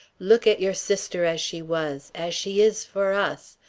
look at your sister as she was, as she is for us.